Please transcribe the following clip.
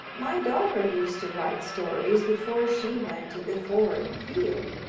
my daughter used to write stories before she went to the foreign field,